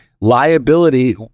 Liability